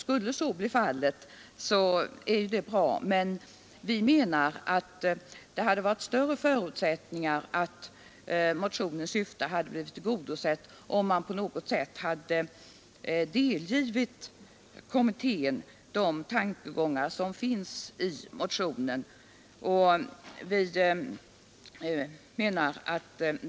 Skulle så bli fallet är det naturligtvis bra, men vi menar att det hade varit större förutsättningar för att motionens syfte hade blivit tillgodosett, om man på något sätt hade delgivit kommittén de tankegångar som finns i motionen.